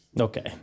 Okay